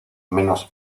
menos